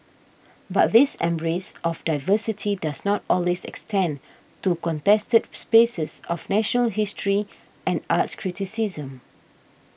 but this embrace of diversity does not always extend to contested spaces of national history and arts criticism